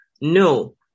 no